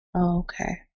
Okay